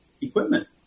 equipment